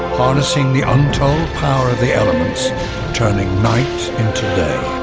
harnessing the untold power of the elements turning night into day.